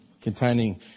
containing